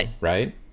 right